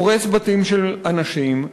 הורס בתים של אנשים.